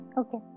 Okay